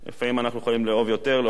לפעמים אנחנו יכולים לאהוב יותר, לאהוב פחות,